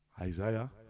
Isaiah